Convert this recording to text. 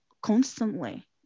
constantly